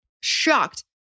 Shocked